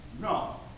no